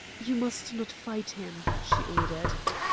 you must not fight him, she ordered.